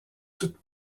toute